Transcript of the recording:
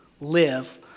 live